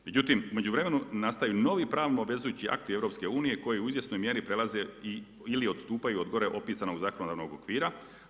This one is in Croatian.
Međutim, u međuvremenu nastaju novi pravno obvezujući akti EU koji u izvjesnoj mjeri prelaze ili odstupaju od gore opisanog zakonodavnog okvira.